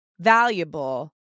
valuable